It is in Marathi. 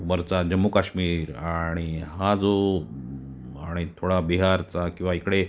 वरचा जम्मू काश्मीर आणि हा जो आणि थोडा बिहारचा किंवा इकडे